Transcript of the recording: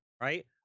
right